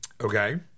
Okay